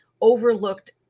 overlooked